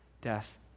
death